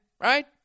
right